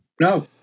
No